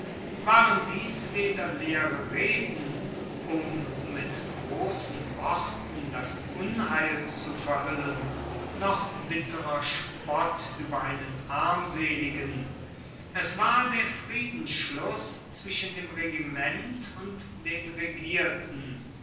waren dies weder leere reden um mit grossen worten das unheil zu verhuellen noch bitterer spott ueber einen armseligen es war der friedensschluss zwischen dem regiment und den regierten